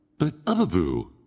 but ubbubboo!